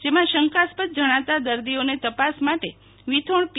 જેમા શંકાસ્પદ જણાતા દર્દીઓને તપાસ માટે વિથોણ પી